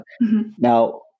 Now